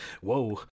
Whoa